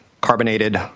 carbonated